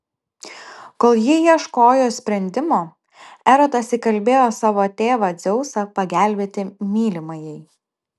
kol ji ieškojo sprendimo erotas įkalbėjo savo tėvą dzeusą pagelbėti mylimajai